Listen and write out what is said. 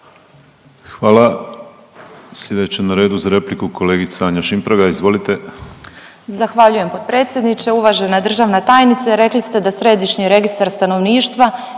Hvala. Sljedeća na redu za repliku kolegica Anja Šimpraga. Izvolite. **Šimpraga, Anja (SDSS)** Zahvaljujem potpredsjedniče. Uvažena državna tajnice. Rekli ste da Središnji registar stanovništva